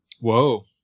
Whoa